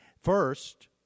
First